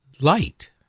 light